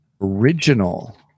original